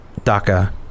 DACA